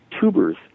Tubers